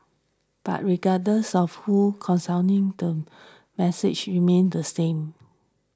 but regardless of who counselling the message remains the same